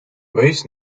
wees